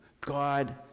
God